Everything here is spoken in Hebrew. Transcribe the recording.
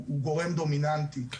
הוא גורם דומיננטי.